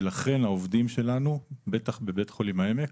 ולכן העובדים שלנו, בטח בבית חולים העמק,